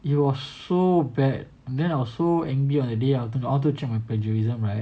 it was so bad and then I was so angry on that day I wanted to I wanted to check my plagiarism right